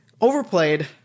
overplayed